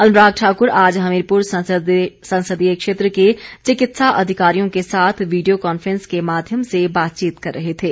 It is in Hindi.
अनुराग ठाकुर आज हमीरपुर संसदीय क्षेत्र के चिकित्सा अधिकारियों के साथ वीडियो कॉन्फ्रेंस के माध्यम से बातचीत कर रहे थे